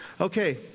Okay